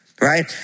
right